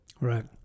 Right